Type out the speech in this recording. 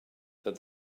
that